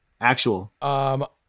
Actual